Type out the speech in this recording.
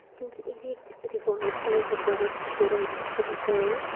क्योंकि एह् बी इक रिवाज बनी चुके दा ऐ कि